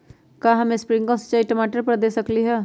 का हम स्प्रिंकल सिंचाई टमाटर पर दे सकली ह?